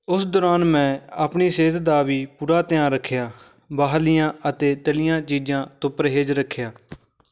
ਉਸ ਦੌਰਾਨ ਮੈਂ ਆਪਣੀ ਸਿਹਤ ਦਾ ਵੀ ਪੂਰਾ ਧਿਆਨ ਰੱਖਿਆ ਬਾਹਰਲੀਆਂ ਅਤੇ ਤਲੀਆਂ ਚੀਜ਼ਾਂ ਤੋਂ ਪਰਹੇਜ਼ ਰੱਖਿਆ